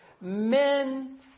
Men